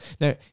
Now